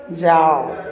ଯାଅ